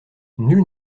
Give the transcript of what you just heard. nul